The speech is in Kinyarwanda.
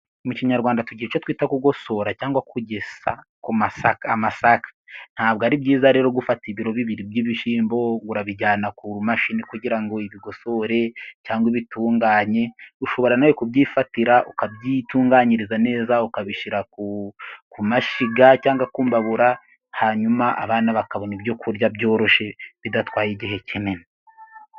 Mu kinyarwanda tugira icyo twita kugosora cyangwa kugesa amasaka, ntabwo ari byiza rero gufata ibiro bibiri by'ibishyimbo ngo urabijyana ku mashini kugira ngo ibigosore cyangwa ibitunganye, ushobora nawe kubyifatira ukabyitunganyiriza neza, ukabishyira ku mashyiga cyangwa ku mbabura, hanyuma abana bakabona ibyo kurya byoroshye bidatwaye igihe kinini.